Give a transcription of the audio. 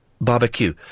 Barbecue